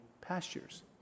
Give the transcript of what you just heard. pastures